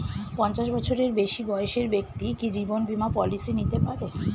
পঞ্চাশ বছরের বেশি বয়সের ব্যক্তি কি জীবন বীমা পলিসি নিতে পারে?